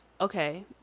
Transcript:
okay